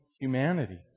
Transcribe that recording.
humanity